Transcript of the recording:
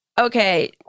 okay